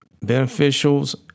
beneficials